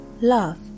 Love